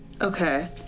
Okay